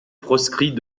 proscrit